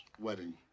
wedding